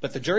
but the jury